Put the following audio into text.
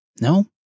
No